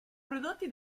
prodotti